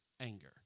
anger